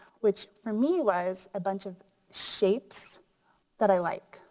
which for me was a bunch of shapes that i like.